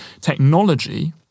Technology